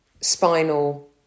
spinal